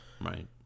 Right